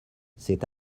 c’est